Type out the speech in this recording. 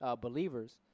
believers